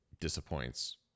disappoints